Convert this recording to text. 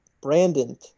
Brandon